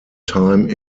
time